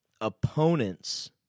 opponents